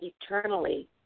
eternally